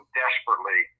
desperately